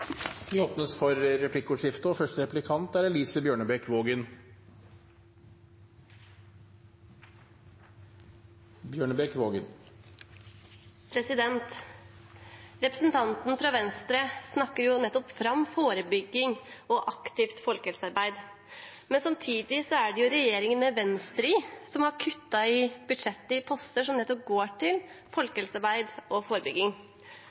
Det blir replikkordskifte. Representanten fra Venstre snakket nettopp fram forebygging og aktivt folkehelsearbeid. Men samtidig er det regjeringen – med Venstre i – som har kuttet i budsjettposter som nettopp går til folkehelsearbeid og forebygging.